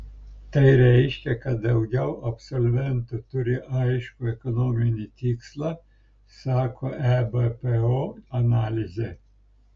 tai reiškia kad daugiau absolventų turi aiškų ekonominį tikslą sako ebpo analizė